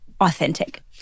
authentic